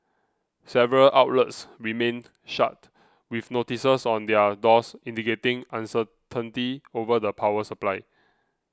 several outlets remained shut with notices on their doors indicating uncertainty over the power supply